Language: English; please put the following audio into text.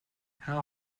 how